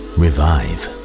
revive